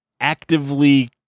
actively